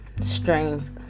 strength